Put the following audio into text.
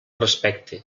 respecte